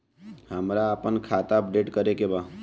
हमरा आपन खाता अपडेट करे के बा